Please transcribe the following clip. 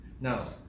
Now